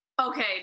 okay